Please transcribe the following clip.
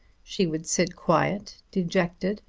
she would sit quiet, dejected,